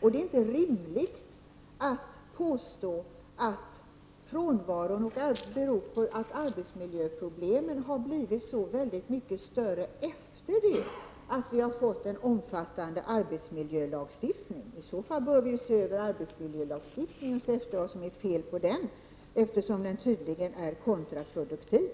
Det är inte rimligt att påstå att frånvaron beror på att arbetsmiljöproblemen har blivit så mycket större efter det att vi infört en omfattande arbetsmiljölagstiftning. I så fall bör vi se över arbetsmiljölagstiftningen och se efter vad det är för fel på den, eftersom den tydligen är kontraproduktiv.